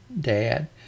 dad